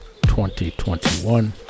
2021